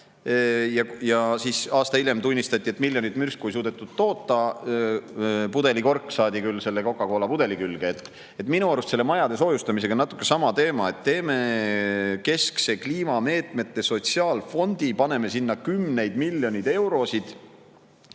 ja siis aasta hiljem tunnistati, et miljonit mürsku ei suudetud toota. Pudelikork saadi küll kokakoola pudeli külge. Minu arust selle majade soojustamisega on natukene sama teema: teeme keskse kliimameetmete sotsiaalfondi, paneme sinna kümneid miljoneid eurosid,